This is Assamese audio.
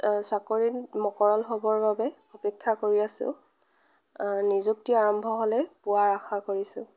চাকৰিত মকৰল হ'বৰ বাবে অপেক্ষা কৰি আছোঁ নিযুক্তি আৰম্ভ হ'লেই পোৱাৰ আশা কৰিছোঁ